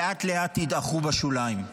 לאט-לאט ידעכו בשוליים.